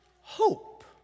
hope